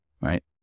right